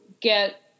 get